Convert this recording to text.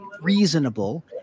reasonable